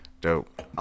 dope